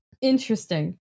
Interesting